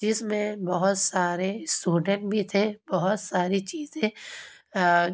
جس میں بہت سارے اسٹوڈنٹ بھی تھے بہت ساری چیزیں